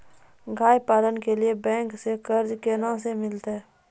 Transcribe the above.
गाय पालन के लिए बैंक से कर्ज कोना के मिलते यो?